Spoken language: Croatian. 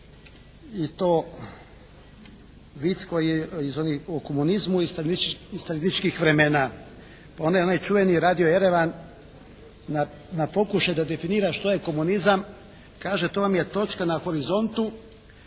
i to vic o komunizmu iz staljinističkih vremena. Onaj čuveni radio "Erevan" na pokušaj da definira što je komunizam kaže to vam je točka na horizontu